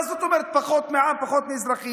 מה זאת אומרת, פחות מעם, פחות מאזרחים?